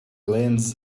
lens